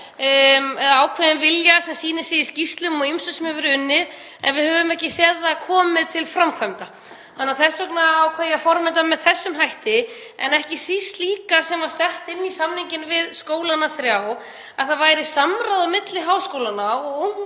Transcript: ákveðinn vilja sem sýnir sig í skýrslum og ýmsu sem hefur verið unnið en við höfum ekki séð það koma til framkvæmda. Þess vegna ákvað ég að forma þetta með þessum hætti en ekki síst það líka, sem var sett inn í samninginn við skólana þrjá, að það væri samráð á milli háskólanna og